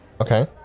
Okay